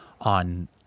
on